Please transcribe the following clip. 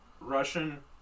Russian